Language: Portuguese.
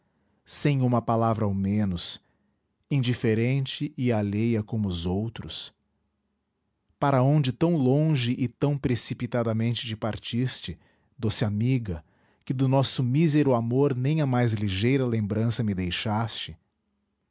sem uma palavra ao menos indiferente e alheia como os outros para onde tão longe e tão precipitadamente te partiste doce amiga que do nosso mísero amor nem a mais ligeira lembrança me deixaste